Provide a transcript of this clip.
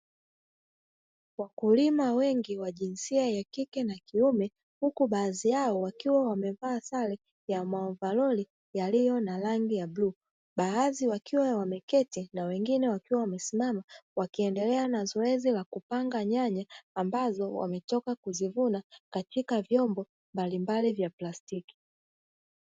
Wakulima wengi wa jinsia ya kike na kiume, huku baadhi yao wakiwa wamevaa sare ya maovaroli yaliyo na rangi ya bluu. Baadhi wakiwa wameketi na wengine wakiwa wamesimama, wakiendelea na zoezi la kupanga nyanya ambazo wametoka kuzivuna, katika vyombo mbalimbali vya plastiki.